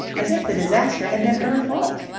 as if the disaster had been her fault.